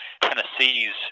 Tennessee's